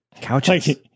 Couches